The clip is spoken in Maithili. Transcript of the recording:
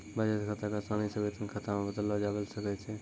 बचत खाता क असानी से वेतन खाता मे बदललो जाबैल सकै छै